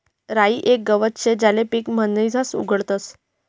राई येक गवत शे ज्याले पीक म्हणीसन उगाडतस